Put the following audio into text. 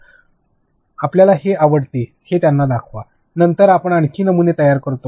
आपल्याला हे आवडते हे त्यांना दाखवा नंतर आपण आणखी नमुने तयार करतो